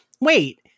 wait